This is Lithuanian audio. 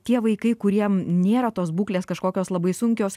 tie vaikai kuriem nėra tos būklės kažkokios labai sunkios